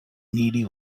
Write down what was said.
needy